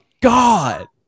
God